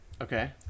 Okay